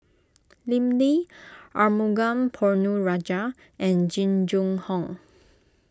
Lim Lee Arumugam Ponnu Rajah and Jing Jun Hong